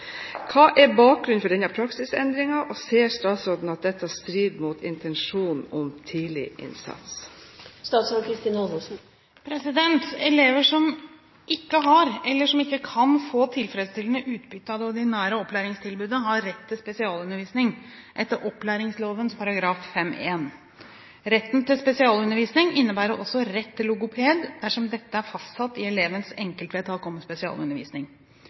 Hva er bakgrunnen for denne praksisendringen, og ser statsråden at dette strider mot intensjonen om tidlig innsats?» Elever som ikke har eller som ikke kan få tilfredsstillende utbytte av det ordinære opplæringstilbudet, har rett til spesialundervisning etter opplæringsloven § 5-1. Retten til spesialundervisning innebærer også rett til logoped, dersom dette er fastsatt i elevens enkeltvedtak om spesialundervisning.